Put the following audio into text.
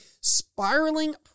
spiraling